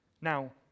Now